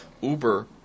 Uber